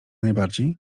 najbardziej